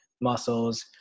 muscles